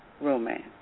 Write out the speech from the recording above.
Romance